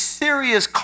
serious